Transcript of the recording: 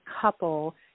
couple